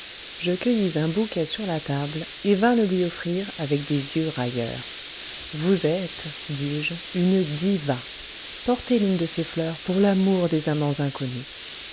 je cueillis un bouquet sur la table et vins le lui offrir avec des yeux railleurs vous êtes dis-je une diva portez l'une de ces fleurs pour l'amour des amants inconnus